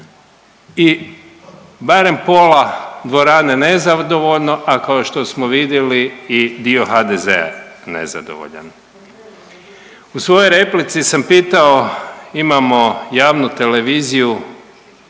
i barem pola dvorane nezadovoljno a kao što smo vidjeli i dio HDZ-a nezadovoljan. U svojoj replici sam pitao imamo javnu televiziju